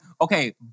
okay